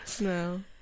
No